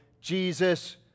Jesus